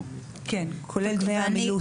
כולל דמי העמילות.